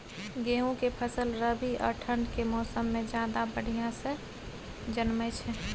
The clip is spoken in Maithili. गेहूं के फसल रबी आ ठंड के मौसम में ज्यादा बढ़िया से जन्में छै?